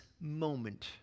moment